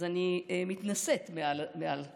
אז אני מתנשאת מעל חברי,